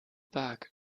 back